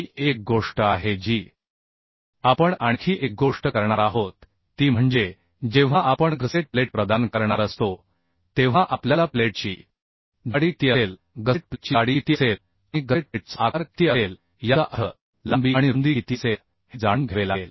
ही एक गोष्ट आहे जी आपण आणखी एक गोष्ट करणार आहोत ती म्हणजे जेव्हा आपण गसेट प्लेट प्रदान करणार असतो तेव्हा आपल्याला प्लेटची जाडी किती असेल गसेट प्लेटची जाडी किती असेल आणि गसेट प्लेटचा आकार किती असेल याचा अर्थ लांबी आणि रुंदी किती असेल हे जाणून घ्यावे लागेल